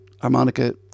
harmonica